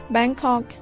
Bangkok